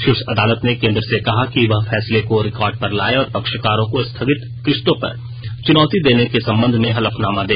शीर्ष अदालत ने केंद्र से कहा कि वह फैसले को रिकॉर्ड पर लाए और पक्षकारों को स्थगित किश्तों पर चुनौती देने के संबंध में हलफनामा दे